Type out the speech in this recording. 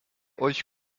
euch